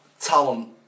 talent